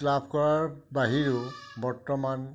লাভ কৰাৰ বাহিৰেও বৰ্তমান